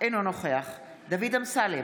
אינו נוכח דוד אמסלם,